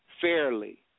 fairly